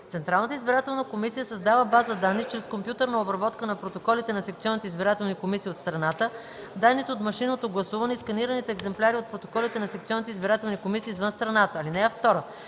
Централната избирателна комисия създава база данни чрез компютърна обработка на протоколите на секционните избирателни комисии от страната, данните от машинното гласуване и сканираните екземпляри от протоколите на секционните избирателни комисии извън страната. (2) В